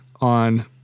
on